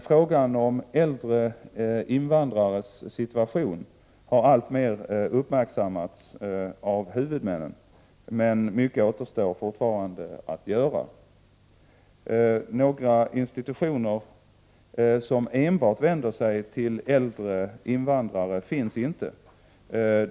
Frågan om äldre invandrares situation har alltmer uppmärksammats av huvudmännen, men mycket återstår fortfarande att göra. Några institutioner som enbart vänder sig till äldre invandrare finns inte.